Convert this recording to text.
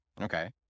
Okay